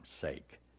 sake